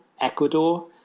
Ecuador